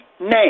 name